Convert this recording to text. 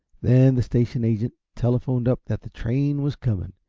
then the station agent telephoned up that the train was coming,